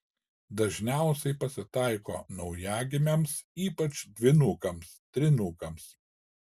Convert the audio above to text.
dažniausiai pasitaiko naujagimiams ypač dvynukams trynukams